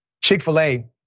Chick-fil-A